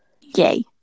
Yay